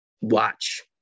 Watch